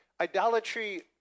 Idolatry